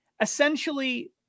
essentially